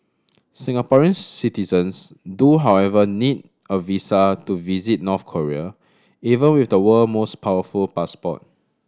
Singaporean citizens do however need a visa to visit North Korea even with the world most powerful passport